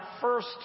first